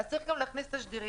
אז צריך גם להכניס תשדירים.